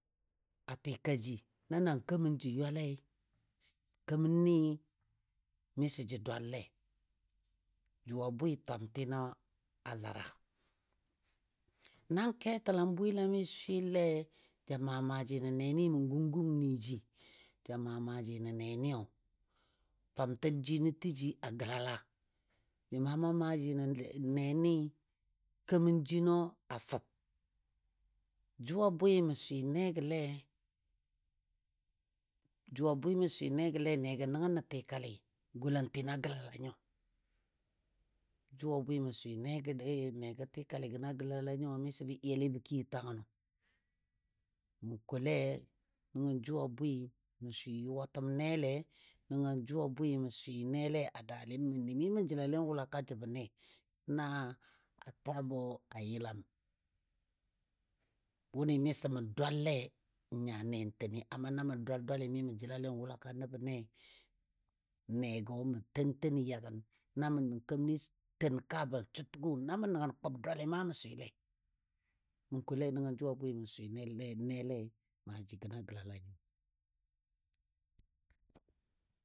A tika ji na na kemən jə ywale keməni miso jə dwalle, jʊ a bwɨ twamtinɔ a laada. Nan ketəlam bwɨlami swɨle ja maa maaji nən nenɨ mə gung gung nɨji ja maa maaji nən neniyo. Twamtə jinɔ təji a gəlala, jə maa maa maaji nə nenɨ keman jinɔ a fəb. Jʊ a bwɨ mə swɨ negɔle negɔ nəngnɔ tikali golantinɔ galala nyo, jʊ a bwɨ mə swɨ negɔle negɔ tikalɨ gəna gəlala nyo miso bə iyale bə kiyo tangənɔ. Ma kole nəngɔ jʊ a bwɨ mə swɨ yʊwatəm nele, nəngɔ jʊ a bwɨ swɨ nele a dali məndi, mi mə jəlalen wʊlaka jəbɔ ne na tabɔ a yəlam wʊnɨ miso mə dwalle nya ne n teni amma na mə dwal dwali mi mə jəla n wʊlaka nəbə ne, negɔ mə ten ten yagən na mə nən keməni sə ten kaa ban su təgo. Na mə nən kʊb dwali ma mə swɨle. Ma kole nəngɔ jʊ a bwɨ mə swɨ nele maaji gəno a gəlala nyo.